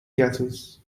castles